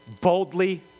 boldly